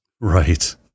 Right